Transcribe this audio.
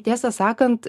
tiesą sakant